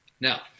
Now